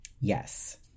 yes